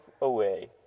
away